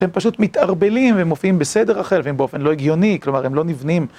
הם פשוט מתערבלים ומופיעים בסדר אחר ובאופן לא הגיוני, כלומר הם לא נבנים.